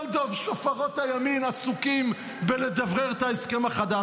כל שופרות הימין עסוקים בלדברר את ההסכם החדש.